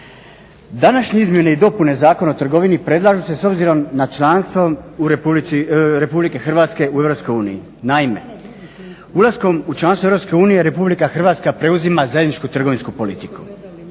Današnje izmjene i dopune Zakona o trgovini predlažu se s obzirom na članstvo Republike Hrvatske u EU. Naime, ulaskom u članstvo EU Republika Hrvatska preuzima zajedničku trgovinsku politiku